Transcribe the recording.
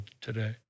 today